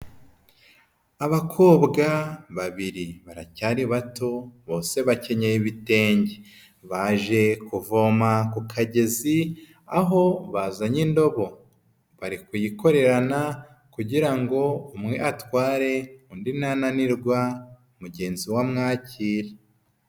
Abakobwa babiri baracyari bato bose bakenyeye ibitenge, baje kuvoma ku kagezi aho bazanye indobo, bari kuyikorerana kugira ngo umwe atware, undi nananirwa mugenzi we amwakire.